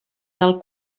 del